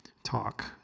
Talk